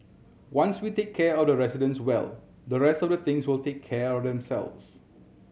once we take care of the residents well the rest of the things will take care of themselves